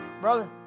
brother